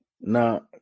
Now